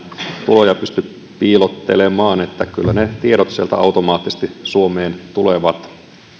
tuloja pysty piilottelemaan kyllä ne tiedot sieltä automaattisesti suomeen tulevat